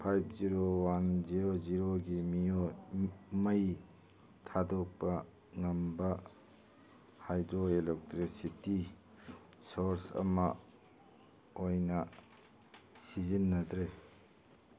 five zero one zero ꯖꯦꯔꯣꯒꯤ ꯃꯩ ꯊꯥꯗꯣꯛꯄ ꯉꯝꯕ ꯍꯥꯏꯗ꯭ꯔꯣ ꯏꯂꯦꯛꯇ꯭ꯔꯤꯁꯤꯇꯤ ꯁꯣꯔꯁ ꯑꯃ ꯑꯣꯏꯅ ꯁꯤꯖꯤꯟꯅꯗ꯭ꯔꯤ